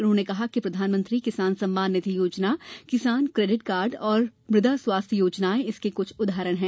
उन्होंने कहा कि प्रधानमंत्री किसान सम्मान निधि योजना किसान क्रैडिट कार्ड और मृदा स्वास्थ्य योजनाएं इसके कुछ उदाहरण हैं